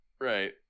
Right